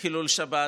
חילול שבת,